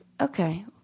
Okay